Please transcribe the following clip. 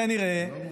כנראה,